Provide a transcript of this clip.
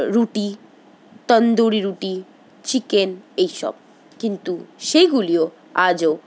রুটি তন্দুরি রুটি চিকেন এইসব কিন্তু সেইগুলিও আজও